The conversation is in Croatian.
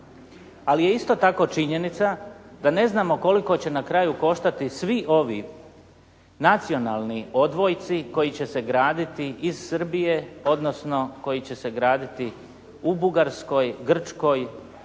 Ali je isto tako činjenica da ne znamo koliko će na kraju koštati svi ovi nacionalni odvojci koji će se graditi iz Srbije, odnosno koji će se graditi u Bugarskoj, Grčkoj,